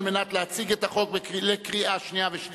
על מנת להציג את הצעת החוק לקריאה שנייה ושלישית,